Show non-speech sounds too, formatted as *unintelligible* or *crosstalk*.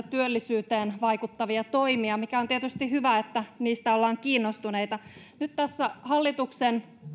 *unintelligible* työllisyyteen vaikuttavia toimia ja on tietysti hyvä että niistä ollaan kiinnostuneita nyt tässä hallituksen